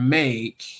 make